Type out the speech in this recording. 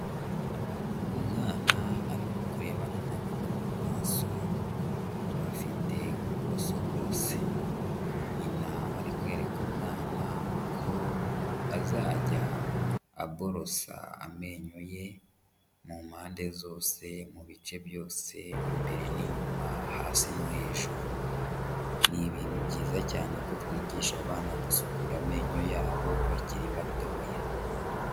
Umwana arimo kurebana na nyina mu maso, bafite uburoso bose. Nyina ari kwereka umwana uko azajya aborosa amenyo ye mu mpande zose, mu bice byose, imbere n'inyuma, hasi no hejuru. Ni ibintu byiza cyane ko twigisha abana gusukura amenyo yabo bakiri batoya.